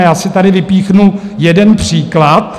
Já tady vypíchnu jeden příklad.